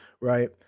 right